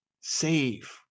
save